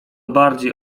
bardziej